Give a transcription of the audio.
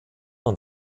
und